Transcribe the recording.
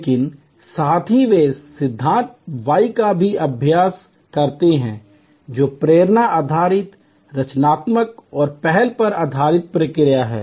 लेकिन साथ ही वे सिद्धांत वाई का भी अभ्यास करते हैं जो प्रेरणा आधारित रचनात्मकता और पहल आधारित प्रक्रिया है